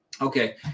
Okay